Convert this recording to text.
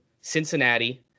Cincinnati